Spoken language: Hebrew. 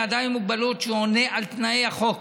לאדם עם מוגבלות שעונה על תנאי החוק